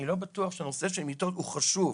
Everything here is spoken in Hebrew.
אני לא בטוח שנושא של מיטות הוא חשוב,